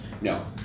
No